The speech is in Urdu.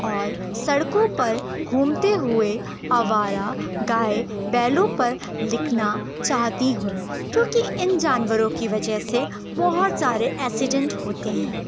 اور سڑکوں پر گھومتے ہوئے آوارہ گائے بیلوں پر لکھنا چاہتی ہوں کیوںکہ ان جانوروں کی وجہ سے بہت سارے ایکسیڈنٹ ہوتے ہیں